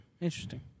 Interesting